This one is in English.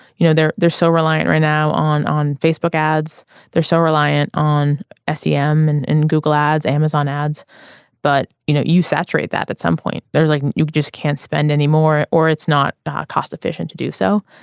you know they're they're so reliant right now on on facebook ads they're so reliant on ecm yeah ah um and and google ads amazon ads but you know you saturate that at some point there's like you just can't spend anymore or it's not cost efficient to do so.